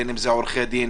בין אם זה עורכי דין,